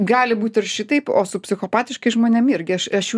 gali būt ir šitaip o su psichopatiškais žmonėm irgi aš aš jų